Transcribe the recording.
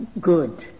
good